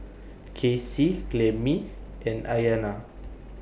Kasie Clemie and Ayanna